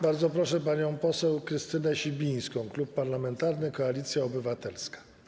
Bardzo proszę panią poseł Krystynę Sibińską, Klub Parlamentarny Koalicja Obywatelska.